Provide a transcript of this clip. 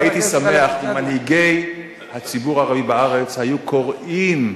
הייתי שמח אם מנהיגי הציבור הערבי בארץ היו קוראים להצטרף,